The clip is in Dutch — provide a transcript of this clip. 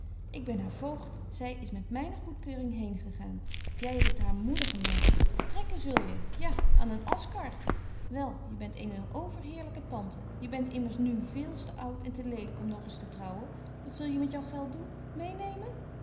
ik ben haar voogd zy is met myne goedkeuring heen gegaan jy hebt het haar moede gemaakt trekken zul je ja aan een askar wel je bent eene overheerlyke tante je bent immers nu veels te oud en te lelyk om nog eens te trouwen wat zul je met jou geld doen meênemen